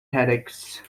headaches